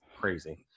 crazy